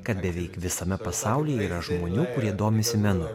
kad beveik visame pasaulyje yra žmonių kurie domisi menu